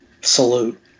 Salute